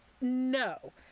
No